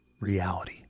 reality